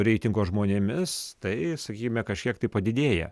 reitingo žmonėmis tai sakykime kažkiek tai padidėja